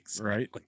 Right